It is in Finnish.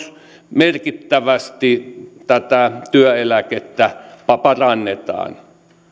merkittävästi tätä työeläkettä parannetaan